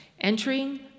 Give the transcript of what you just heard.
entering